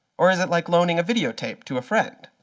or is it like loaning a videotape to a friend?